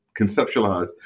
conceptualize